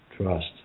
Trust